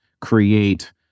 create